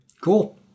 cool